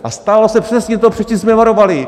A stalo se přesně to, před čím jsme varovali.